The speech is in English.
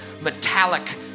metallic